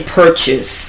purchase